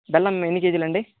బెల్లం ఎన్ని కేజీలు అండి